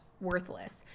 worthless